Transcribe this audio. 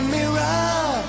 mirror